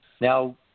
Now